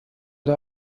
der